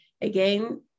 again